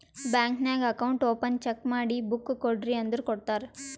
bank ನಾಗ್ account open check ಮಾಡಿ book ಕೊಡ್ರಿ ಅಂದುರ್ ಕೊಡ್ತಾರ್